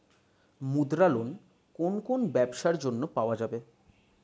মুদ্রা লোন কোন কোন ব্যবসার জন্য পাওয়া যাবে?